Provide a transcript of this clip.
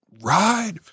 ride